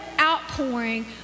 outpouring